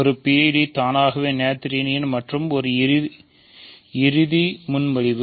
ஒரு PID தானாகவே நொதீரியன் மற்றும் ஒரு இறுதி செய்ய முன்மொழிவு